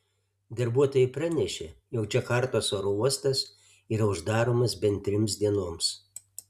darbuotojai pranešė jog džakartos oro uostas yra uždaromas bent trims dienoms